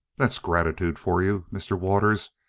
that's gratitude for you, mr. waters!